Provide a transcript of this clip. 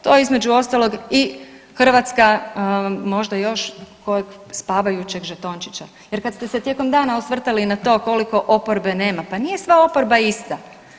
To je između ostalog i Hrvatska možda još kod spavajućeg žetončića jer kada ste se tijekom dana osvrtali i na to koliko opobe nema, pa nije sva oporba ista.